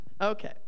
Okay